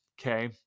Okay